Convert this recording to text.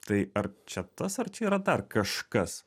tai ar čia tas ar čia yra dar kažkas